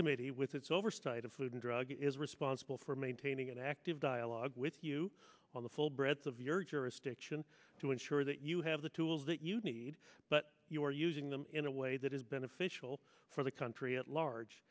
committee with its oversight of food and drug is responsible for maintaining an active dialogue with you on the full breadth of your jurisdiction to ensure that you have the tools that you need but you are using them in a way that is beneficial for the country at large